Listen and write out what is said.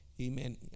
amen